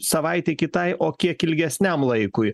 savaitei kitai o kiek ilgesniam laikui